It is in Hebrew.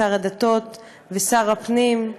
שר הדתות ושר הפנים,